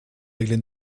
régler